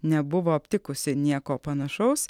nebuvo aptikusi nieko panašaus